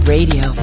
Radio